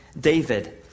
David